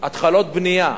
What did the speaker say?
התחלות בנייה,